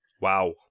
Wow